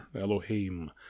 Elohim